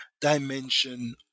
dimension